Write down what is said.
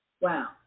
wow